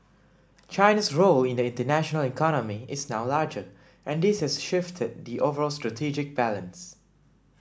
China's role in the international economy is now larger and this has shifted the overall strategic balance